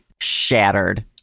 shattered